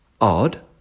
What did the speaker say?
Odd